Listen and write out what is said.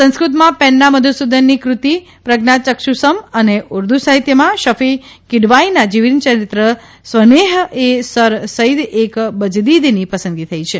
સંસ્કૃતમાં પેન્ના મધુસૂધનનીકૃતિ પ્રજ્ઞાયક્ષુસમ અને ઉર્દુ સાહિત્યમાં શક્રી કીડવાઇના જીવનચરિત્ર સ્વનેહ એ સર સઇદ એકબજદીદની પસંદગી થઇ છે